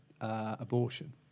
abortion